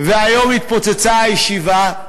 והיום התפוצצה הישיבה,